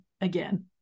again